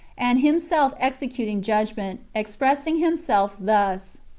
and himself executing judgment, expressing himself thus,